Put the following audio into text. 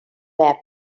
verb